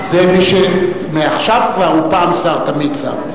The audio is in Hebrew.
זה מי שמעכשיו כבר, הוא פעם שר, תמיד שר.